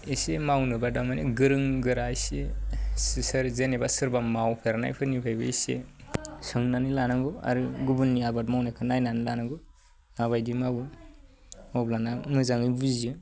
एसे मावनोबा दा माने गोरों गोरा एसे सोर जेनेबा सोरबा मावफेरनाय फोरनिफ्रायबो एसे सोंनानै लानांगौ आरो गुबुननि आबाद मावनायखौ नायनानै लानांगौ माबायदि मावो अब्लाना मोजाङै बुजियो